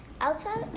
Outside